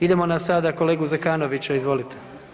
Idemo na sada kolegu Zekanovića, izvolite.